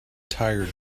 tired